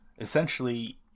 essentially